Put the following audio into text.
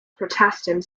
protestant